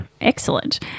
excellent